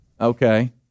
Okay